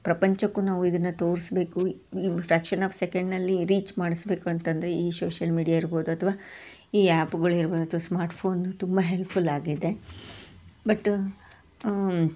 ಪ್ರಪಂಚಕ್ಕೂ ನಾವು ಇದನ್ನು ತೋರಿಸ್ಬೇಕು ಈ ಫ್ರಾಕ್ಷನ್ ಆಫ್ ಸೆಕೆಂಡ್ನಲ್ಲಿ ರೀಚ್ ಮಾಡಿಸಬೇಕು ಅಂತಂದು ಈ ಸೋಶಲ್ ಮೀಡಿಯಾ ಇರ್ಬೋದು ಅಥ್ವಾ ಈ ಆ್ಯಪ್ಗಳಿರ್ಬೋದು ಅಥ್ವಾ ಸ್ಮಾರ್ಟ್ಫೋನ್ ತುಂಬ ಹೆಲ್ಪ್ಫುಲ್ಲಾಗಿದೆ ಬಟ್